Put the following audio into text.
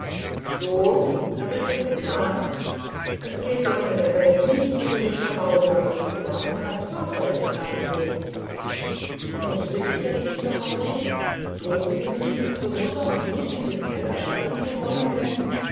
so hab ich das getan es geht doch in der welt nichts über den gehorsam wenn man sich damit ein vorteilchen machen will mußt ich denn nicht gehorchen drohten sie nicht die liebe mutter und mich in den keller sperren zu wollen wenn